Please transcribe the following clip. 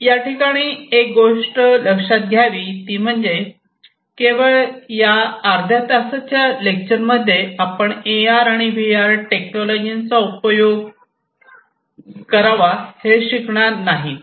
याठिकाणी एक गोष्ट लक्षात घ्यावी ती म्हणजे केवळ अर्ध्या तासाच्या लेक्चर मध्ये आपण ए आर आणि व्ही आर टेक्नॉलॉजीचा कसा उपयोग करावा हे शिकणार नाहीत